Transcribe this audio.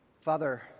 Father